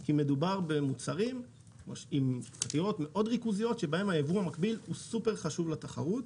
כי מדובר במוצרים עם ריכוזיות בהן היבוא המקביל הוא סופר חשוב לתחרות.